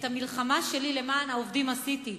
את המלחמה שלי למען העובדים עשיתי,